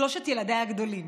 שלושת ילדיי הגדולים.